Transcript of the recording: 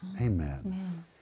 Amen